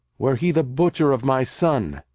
were he the butcher of my son,